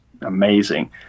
amazing